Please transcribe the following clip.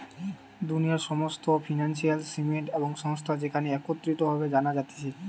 দুনিয়ার সমস্ত financial system এবং সংস্থা যেখানে একত্রিত ভাবে জানা যাতিছে